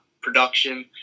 production